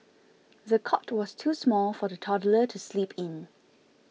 the cot was too small for the toddler to sleep in